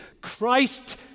Christ